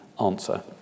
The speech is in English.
answer